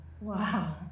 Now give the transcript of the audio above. Wow